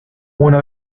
una